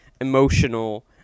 emotional